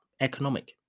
economic